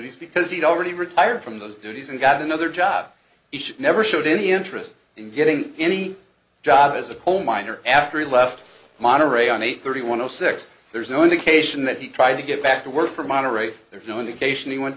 ies because he'd already retired from those duties and got another job he should never showed any interest in getting any job as a coal miner after he left monterey on a thirty one zero six there's no indication that he tried to get back to work for monterey there's no indication he went